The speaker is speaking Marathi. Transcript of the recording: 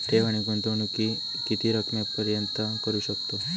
ठेव आणि गुंतवणूकी किती रकमेपर्यंत करू शकतव?